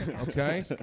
Okay